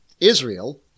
Israel